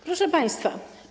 Proszę Państwa!